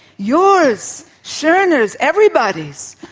yours, schoner's, everybody's.